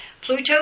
Pluto